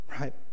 Right